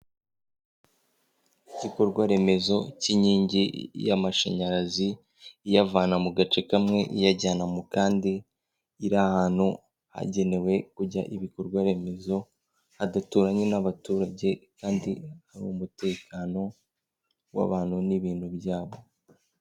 Igikorwa Remezo cy'inkingi y'amashanyarazi, iyavana mu gace kamwe iyajyana mu kandi, iri ahantu hagenewe kujya ibikorwa Remezo hadaturanye n'abaturage kandi hari umutekano w'abantu n'ibintu byabo.